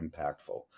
impactful